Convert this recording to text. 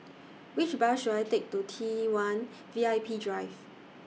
Which Bus should I Take to T one V I P Drive